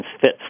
fits